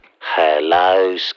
Hello